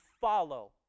follow